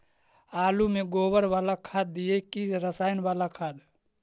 आलु में गोबर बाला खाद दियै कि रसायन बाला खाद?